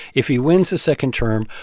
if he wins a second term,